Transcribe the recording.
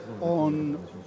on